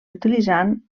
utilitzant